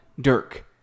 Dirk